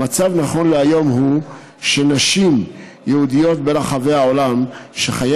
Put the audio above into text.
המצב נכון להיום הוא שנשים יהודיות ברחבי העולם שחיי